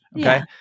Okay